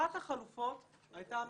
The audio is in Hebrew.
אחת החלופות הייתה המרכזים.